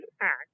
Act